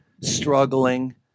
struggling